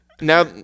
now